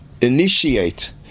initiate